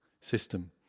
system